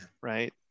right